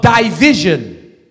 division